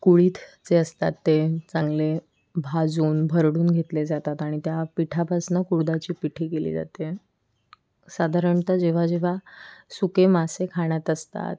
कुळीथ जे असतात ते चांगले भाजून भरडून घेतले जातात आणि त्या पिठापासून कुळथाची पिठी केली जाते साधारणतः जेव्हा जेव्हा सुके मासे खाण्यात असतात